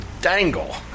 dangle